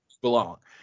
belong